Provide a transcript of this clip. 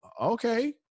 okay